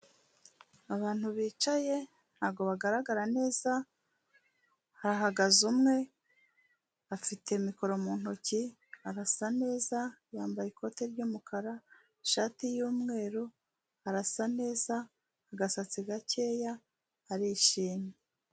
Abantu bicaye ntago bagaragara neza, hahagaze umwe, afite mikoro mu ntoki, arasa neza, yambaye ikote ry'umukara, ishati y'umweru, arasa neza, agasatsi gakeya, arishimye.